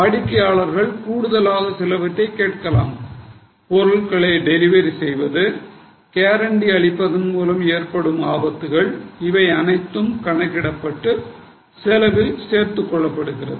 வாடிக்கையாளர்கள் கூடுதலாக சிலவற்றை கேட்கலாம் பொருட்களை டெலிவரி செய்வது கேரண்டி அளிப்பதன் மூலம் ஏற்படும் ஆபத்துகள் இவை அனைத்தும் கணக்கிடப்பட்டு செலவில் சேர்த்துக்கொள்ளப்படுகிறது